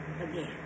again